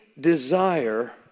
desire